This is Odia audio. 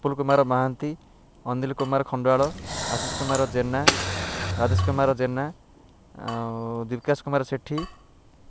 କପୁଲ କୁମାର ମହାନ୍ତି ଅନନ୍ଦିଲ କୁମାର ଖଣ୍ଡାଳ ଆଶିଷ କୁମାର ଜେନା ରାଜେଶ କୁମାର ଜେନା ଆଉ ଦୀପକାଶ କୁମାର ସେଠୀ